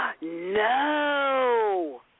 No